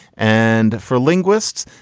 and for linguists,